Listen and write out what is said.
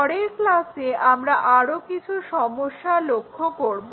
পরের ক্লাসে আমরা আরো কিছু সমস্যা লক্ষ্য করবো